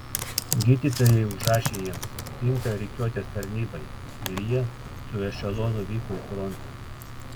gydytojai užrašė jiems tinka rikiuotės tarnybai ir jie su ešelonu vyko į frontą